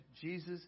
Jesus